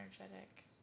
energetic